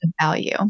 value